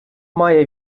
має